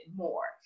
more